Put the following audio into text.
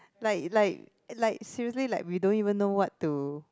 like like like seriously like we don't even know what to